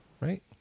right